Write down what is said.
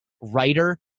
writer